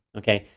okay.